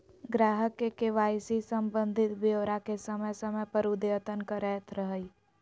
ग्राहक के के.वाई.सी संबंधी ब्योरा के समय समय पर अद्यतन करैयत रहइ